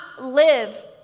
live